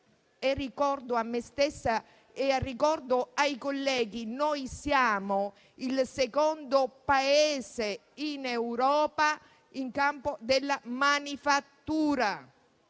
ricordo a me stessa e ai colleghi che il nostro è il secondo Paese in Europa nel campo della manifattura.